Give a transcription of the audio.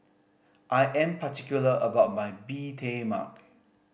I am particular about my Bee Tai Mak